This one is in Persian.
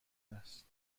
است